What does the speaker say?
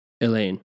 Elaine